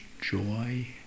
joy